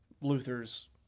Luther's